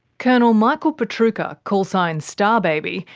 colonel michael pietrucha, callsign starbaby,